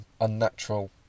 unnatural